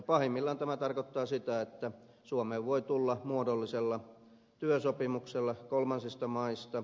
pahimmillaan tämä tarkoittaa sitä että suomeen voi tulla muodollisella työsopimuksella kolmansista maista